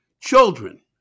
children